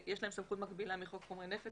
ויש להם סמכות מקבילה מחוק חומרי נפץ